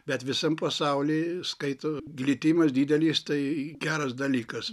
bet visam pasauly skaito glitimas didelis tai geras dalykas